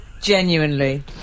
genuinely